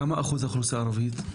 כמה אחוז האוכלוסייה הערבית?